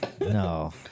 no